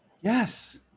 Yes